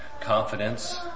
confidence